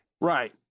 Right